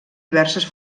diverses